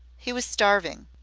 he was starving.